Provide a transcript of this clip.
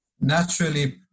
naturally